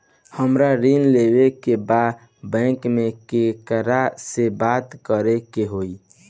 हमरा ऋण लेवे के बा बैंक में केकरा से बात करे के होई?